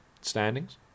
standings